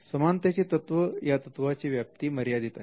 समानतेचे तत्व या तत्वाची व्याप्ती मर्यादित आहे